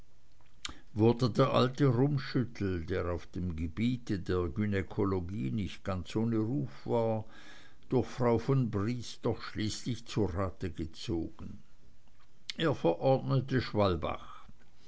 wurde der alte rummschüttel der auf dem gebiet der gynäkologie nicht ganz ohne ruf war durch frau von briest doch schließlich zu rate gezogen er verordnete schwalbach